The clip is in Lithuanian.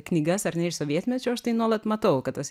knygas ar ne iš sovietmečio aš tai nuolat matau kad tas